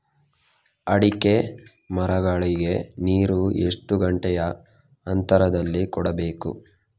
ಅಡಿಕೆ ಮರಗಳಿಗೆ ನೀರು ಎಷ್ಟು ಗಂಟೆಯ ಅಂತರದಲಿ ಕೊಡಬೇಕು?